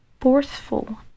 forceful